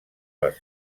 les